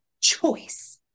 choice